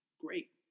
great